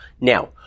Now